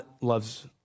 loves